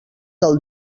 del